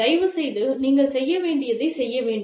தயவுசெய்து நீங்கள் செய்ய வேண்டியதைச் செய்ய வேண்டும்